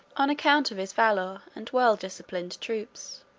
on account of his velour, and well-disciplined troops.